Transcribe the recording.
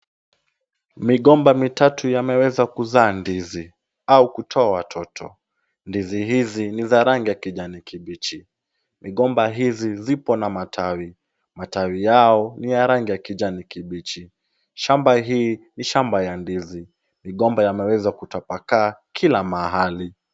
Migomba mitatu yameweza kuzaa ndizi au kutoa watoto. Ndizi hizi ni za rangi ya kijani kibichi. Migomba hizi ziko na matawi. Matawi yao ni ya rangi ya kijani kibichi. Shamba hii ni shamba ya ndizi. Migomba yameweza kutapakaa kila mahali.